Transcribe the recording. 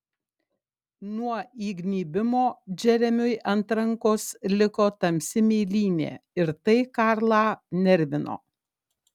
nuo įgnybimo džeremiui ant rankos liko tamsi mėlynė ir tai karlą nervino